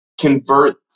convert